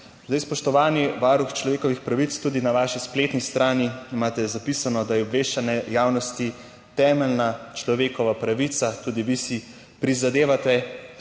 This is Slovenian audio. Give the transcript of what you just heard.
Zdaj, spoštovani varuh človekovih pravic, tudi na vaši spletni strani imate zapisano, da je obveščanje javnosti temeljna človekova pravica. Tudi vi si jo prizadevate